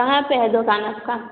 कहाँ पर हैं दुकान आपका